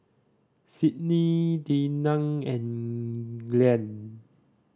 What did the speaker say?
Sydney Dinah and Glen